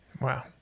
Wow